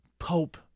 Pope